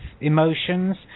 emotions